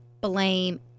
blame